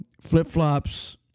flip-flops